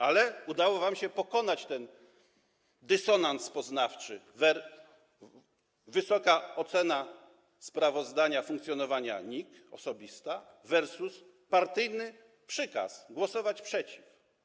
Ale udało wam się pokonać ten dysonans poznawczy: osobista wysoka ocena sprawozdania funkcjonowania NIK versus partyjny przykaz - głosować przeciw.